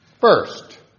First